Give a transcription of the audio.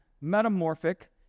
metamorphic